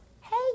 Hey